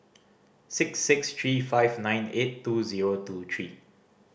six six three five nine eight two zero two three